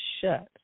shut